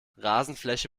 rasenfläche